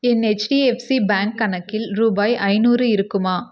என் HDFC bank கணக்கில் ரூபாய் ஐநூறு இருக்குமா